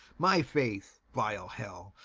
my faith, vile hell,